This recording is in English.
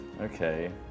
Okay